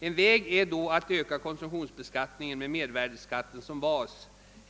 En väg är då att öka konsumtionsbeskattningen med mervärdeskatten som bas.